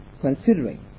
considering